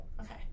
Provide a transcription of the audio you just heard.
Okay